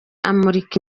amurika